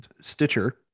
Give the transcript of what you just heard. Stitcher